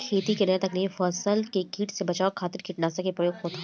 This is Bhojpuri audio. खेती के नया तकनीकी में फसल के कीट से बचावे खातिर कीटनाशक के उपयोग होत ह